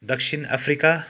दक्षिण अफ्रिका